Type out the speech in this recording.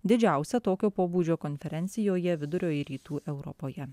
didžiausia tokio pobūdžio konferencijoje vidurio ir rytų europoje